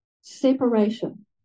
separation